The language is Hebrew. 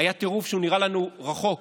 היה טירוף שנראה לנו רחוק,